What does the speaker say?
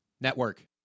Network